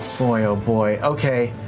boy oh boy, okay